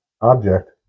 object